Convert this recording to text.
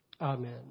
Amen